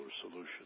solution